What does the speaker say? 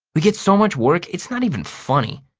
we get so much work it's not even funny!